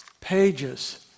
Pages